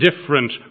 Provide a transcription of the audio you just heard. different